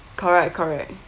correct correct